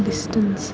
distance